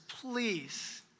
Please